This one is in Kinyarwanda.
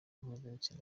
mpuzabitsina